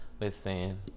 listen